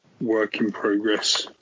work-in-progress